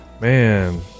Man